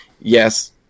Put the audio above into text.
yes